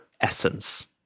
essence